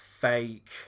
fake